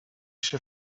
się